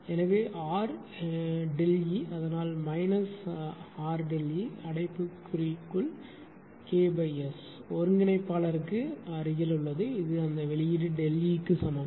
எனவே RΔE அதனால் minus RΔE அடைப்புக்குறி KS ஒருங்கிணைப்பாளருக்கு அருகில் உள்ளது இது அந்த வெளியீடு E க்கு சமம்